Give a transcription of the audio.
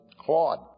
Claude